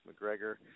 McGregor